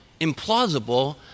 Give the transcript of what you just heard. implausible